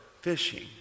fishing